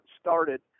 started